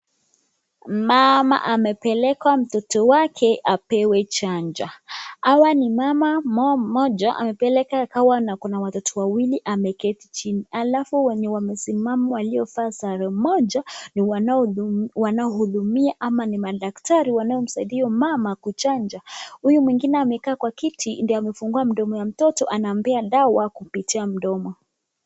Mama amepeleka mtoto wake apewe chanjo hawa ni mama mmoja amepeleka na akawa na watoto wawili ameketi chini alafu wenye wamesimama waliovaa sare moja ni wanao hudumia ama ni madaktari ambao wanaomsaidia mama kuchanja. Huyo mwingine amekaa kwa kiti ndiye amefungua mdomo ya mtoto anampea dawa kupitia mdomo.